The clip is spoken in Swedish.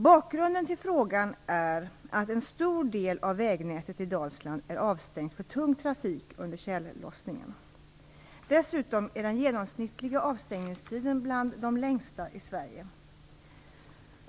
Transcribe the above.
Bakgrunden till frågan är att en stor del av vägnätet i Dalsland är avstängt för tung trafik under tjällossningen. Dessutom är den genomsnittliga avstängningstiden bland de längsta i Sverige.